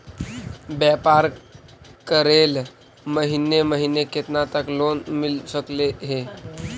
व्यापार करेल महिने महिने केतना तक लोन मिल सकले हे?